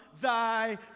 thy